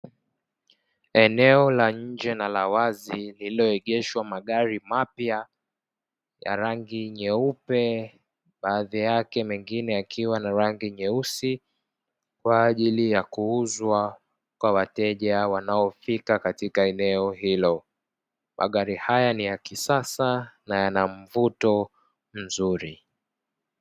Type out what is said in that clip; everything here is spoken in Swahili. Eneo la nje na la wazi lililoegeshwa magari mapya ya rangi nyeupe, baadhi yake mengine yakiwa na rangi nyeusi kwa ajili ya kuuzwa kwa wateja wanaofika katika eneo hilo, magari haya ni ya kisasa na yanamvuto mzuri.